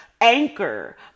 Anchor